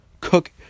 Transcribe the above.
Cook